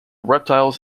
reptiles